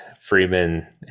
freeman